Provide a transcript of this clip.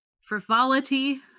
frivolity